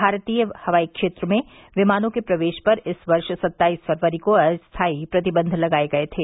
भारतीय हवाई क्षेत्र में विमानों के प्रवेश पर इस वर्ष सत्ताईस फरवरी को अस्थाई प्रतिबंध लगाये गये थे